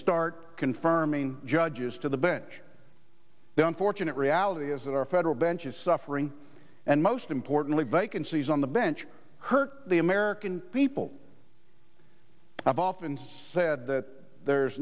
start confirming judges to the bench don't fortunate reality is that our federal bench is suffering and most importantly vacancies on the bench hurt the american people i've often said that there's